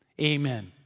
Amen